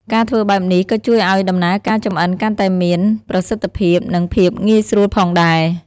ការធ្វើបែបនេះក៏ជួយឱ្យដំណើរការចម្អិនកាន់តែមាន ប្រសិទ្ធភាព និងភាពងាយស្រួលផងដែរ ។